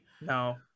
No